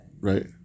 Right